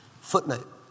footnote